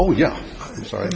oh yeah sorry